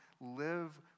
live